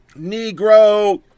Negro